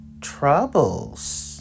troubles